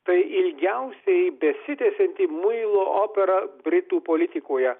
tai ilgiausiai besitęsianti muilo opera britų politikoje